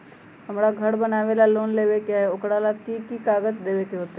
हमरा घर बनाबे ला लोन लेबे के है, ओकरा ला कि कि काग़ज देबे के होयत?